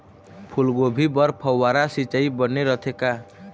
फूलगोभी बर फव्वारा सिचाई बने रथे का?